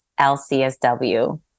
LCSW